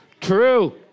True